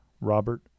Robert